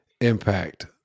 impact